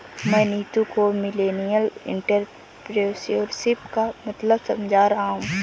मैं नीतू को millennial entrepreneurship का मतलब समझा रहा हूं